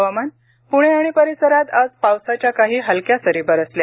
हवामान पुणे आणि परिसरात आज पावसाच्या काही हलक्या सरी बरसल्या